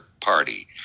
party